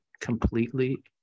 completely